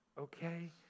okay